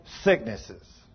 sicknesses